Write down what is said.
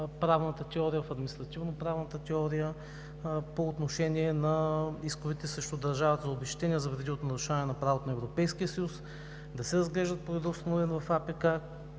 правната теория, в административноправната теория по отношение на исковете срещу държавата и обезщетения за вреди от нарушаване на правото на Европейския съюз да се разглеждат по реда на АПК,